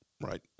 right